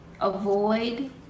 avoid